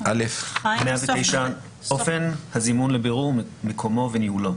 "סעיף 109ג, אופן הזימון לבירור מקומו וניהולו.